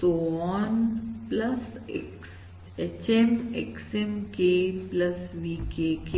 so on HM XM K VK के